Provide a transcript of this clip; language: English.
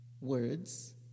Words